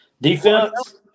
Defense